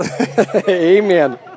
Amen